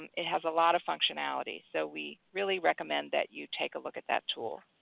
it has a lot of functionality. so we really recommend that you take a look at that tool.